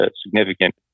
significant